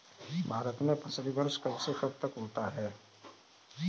भारत में फसली वर्ष कब से कब तक होता है?